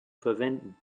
verwenden